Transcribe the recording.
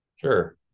Sure